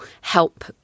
help